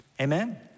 Amen